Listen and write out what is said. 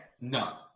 no